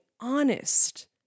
honest